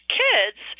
kids